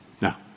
Now